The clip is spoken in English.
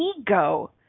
ego